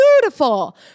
beautiful